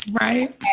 Right